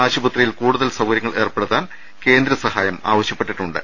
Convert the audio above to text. ആശുപത്രിയിൽ കൂടുതൽ ആധുനിക സൌകര്യങ്ങൾ ഏർപ്പെടുത്താൻ കേന്ദ്ര സഹായം ആവ ശ്യപ്പെട്ടിട്ടുണ്ട്